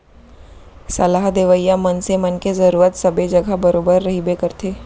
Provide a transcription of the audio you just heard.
सलाह देवइया मनसे मन के जरुरत सबे जघा बरोबर रहिबे करथे